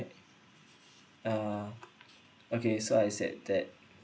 uh okay so I said that